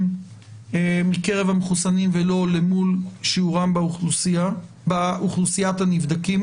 מקרב המחוסנים ולא אל מול שיעורם באוכלוסיית הנבדקים.